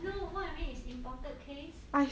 no know what I mean is imported case